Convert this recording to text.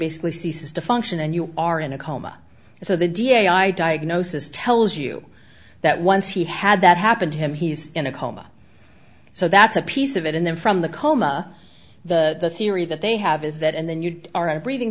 basically ceases to function and you are in a coma so the da i diagnosis tells you that once he had that happen to him he's in a coma so that's a piece of it and then from the coma the theory that they have is that and then you are a breathing